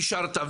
אישרת,